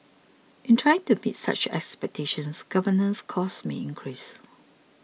in trying to meet such expectations governance costs may increase